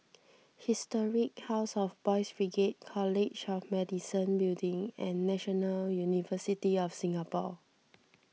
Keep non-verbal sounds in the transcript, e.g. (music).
(noise) Historic House of Boys' Brigade College of Medicine Building and National University of Singapore